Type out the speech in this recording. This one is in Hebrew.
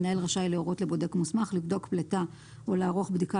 המנהל רשאי להורות לבודק מוסמך לבדוק פליטה או לערוך בדיקה